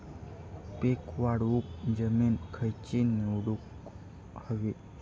पीक वाढवूक जमीन खैची निवडुक हवी?